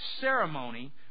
ceremony